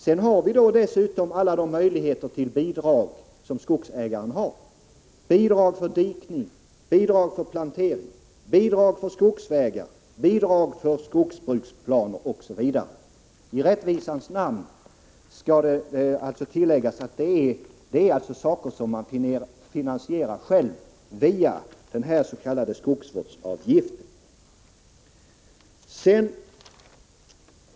Sedan har vi dessutom alla de möjligheter till bidrag som skogsägaren har: bidrag för dikning, bidrag för plantering, bidrag för skogsvägar, bidrag för skogsbruksplaner, osv. I rättvisans namn skall tilläggas att det här rör sig om åtgärder som skogsägaren finansierar själv, via den s.k. skogsvårdsavgiften.